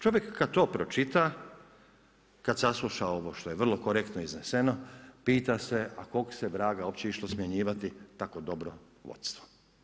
Čovjek kad to pročita, kad sasluša ovo što je vrlo korektno izneseno, pita se a kog ste vraga uopće išlo smanjivati tako dobro vodstvo?